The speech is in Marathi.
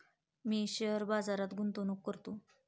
मी शेअर बाजारात गुंतवणूक करतो